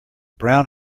brown